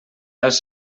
els